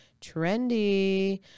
trendy